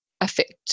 affect